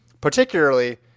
particularly